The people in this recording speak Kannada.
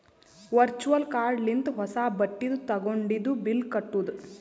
ವರ್ಚುವಲ್ ಕಾರ್ಡ್ ಲಿಂತ ಹೊಸಾ ಬಟ್ಟಿದು ತಗೊಂಡಿದು ಬಿಲ್ ಕಟ್ಟುದ್